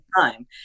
time